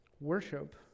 worship